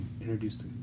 introduce